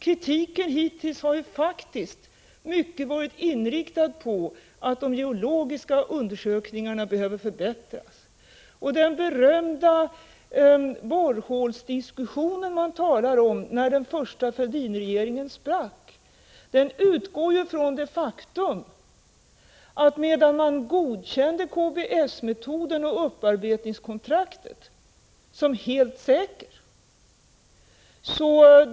Kritiken hittills har faktiskt mycket varit inriktad på att de geologiska undersökningarna behöver förbättras. Den berömda borrhålsdiskussion som man talar om — när den första Fälldinregeringen sprack — utgår från det faktum att man godkände KBS-metoden och upparbetningskontraktet som helt säkra.